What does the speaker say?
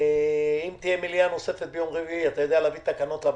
תהיה מליאה נוספת ביום רביעי, תוכל להביא תקנות?